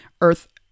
Earth